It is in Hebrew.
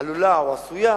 עלולה או עשויה